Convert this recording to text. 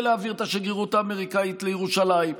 ולהעביר את השגרירות האמריקאית לירושלים,